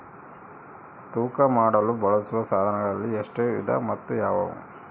ತೂಕ ಮಾಡಲು ಬಳಸುವ ಸಾಧನಗಳಲ್ಲಿ ಎಷ್ಟು ವಿಧ ಮತ್ತು ಯಾವುವು?